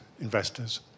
investors